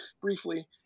briefly